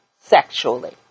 sexually